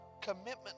commitment